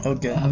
Okay